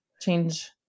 change